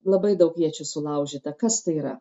labai daug iečių sulaužyta kas tai yra